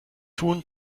tun